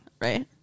Right